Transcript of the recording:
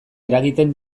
eragiten